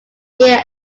near